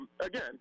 Again